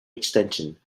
extension